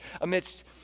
amidst